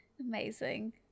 Amazing